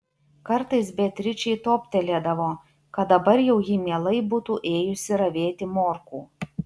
kartais beatričei toptelėdavo kad dabar jau ji mielai būtų ėjusi ravėti morkų